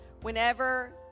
whenever